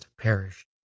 perished